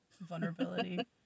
vulnerability